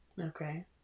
Okay